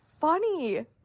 funny